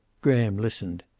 graham listened.